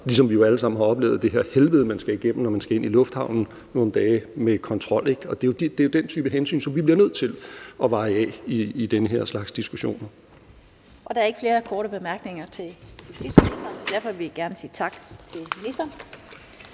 ligesom vi jo alle sammen har oplevet det her helvede, man skal igennem, når man skal ind i lufthavnen på nogle dage med kontrol. Og det er jo den type hensyn, som vi bliver nødt til at veje af i den her slags diskussioner. Kl. 17:16 Den fg. formand (Annette Lind): Der er ikke flere korte bemærkninger til justitsministeren, så derfor vil vi gerne sige tak til ministeren.